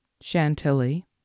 Chantilly